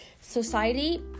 society